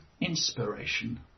inspiration